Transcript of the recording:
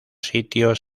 sitios